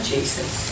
Jesus